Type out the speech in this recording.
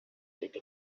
take